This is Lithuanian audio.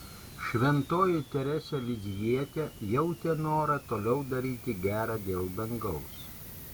šventoji teresė lizjietė jautė norą toliau daryti gera dėl dangaus